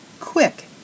quick